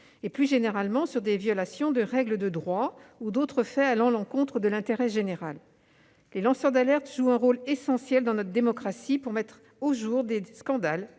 et plus généralement sur des violations de règles de droit ou sur d'autres faits allant à l'encontre de l'intérêt général. Les lanceurs d'alerte jouent un rôle essentiel dans notre démocratie, pour mettre au jour des scandales,